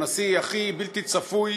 הנשיא הכי בלתי צפוי,